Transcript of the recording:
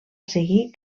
seguir